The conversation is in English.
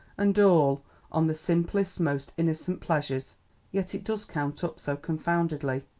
and all on the simplest, most innocent pleasures yet it does count up so confoundedly.